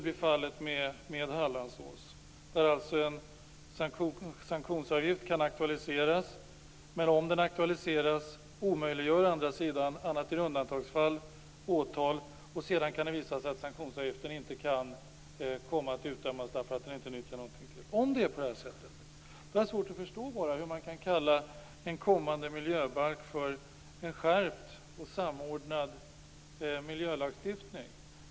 I fallet med Hallandsås kan en sanktionsavgift aktualiseras, men om den aktualiseras omöjliggörs å andra sidan åtal annat än i undantagsfall. Det kan då visa sig att sanktionsavgiften inte kan komma att utdömas därför att den inte nyttjar någonting till. Om situationen är så komplicerad, som jag i korta ordalag försökte beskriva, har jag svårt att förstå hur man kan kalla en kommande miljöbalk för "en skärpt och samordnad miljölagstiftning".